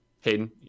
Hayden